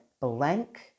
Blank